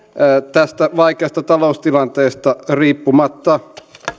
tästä vaikeasta taloustilanteesta riippumatta